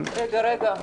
רק שנייה אחת.